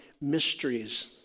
mysteries